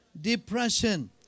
depression